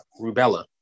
rubella